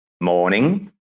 morning